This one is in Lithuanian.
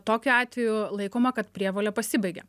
tokiu atveju laikoma kad prievolė pasibaigia